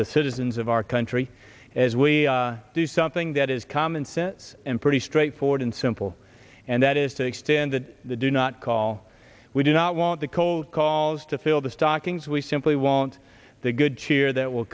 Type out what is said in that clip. the citizens of our country as we do something that is common sense and pretty straightforward and simple and that is to extend that the do not call we do not want the cold calls to fill the stockings we simply want the good cheer that will